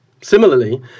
Similarly